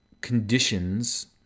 conditions